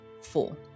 four